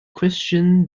christian